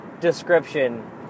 description